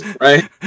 Right